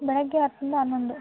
ಬೆಳಗ್ಗೆ ಹತ್ರಿಂದ ಹನ್ನೊಂದು